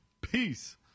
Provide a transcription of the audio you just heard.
Peace